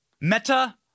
meta